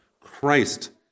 Christ